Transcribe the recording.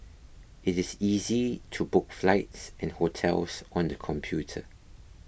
it is easy to book flights and hotels on the computer